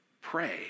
pray